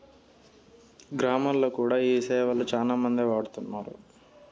గ్రామాల్లో కూడా ఈ సేవలు శ్యానా మందే వాడుతున్నారు